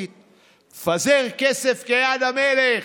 כי היא מאוד פופוליסטית: מפזר כסף כיד המלך,